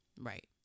Right